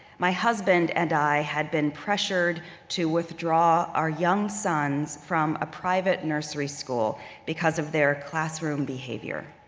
my husband and i had been pressured to withdraw our young sons from a private nursery school because of their classroom-behavior.